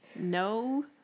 no